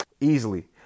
easily